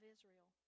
Israel